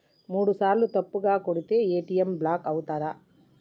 మూడుసార్ల తప్పుగా కొడితే ఏ.టి.ఎమ్ బ్లాక్ ఐతదా?